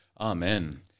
Amen